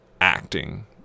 acting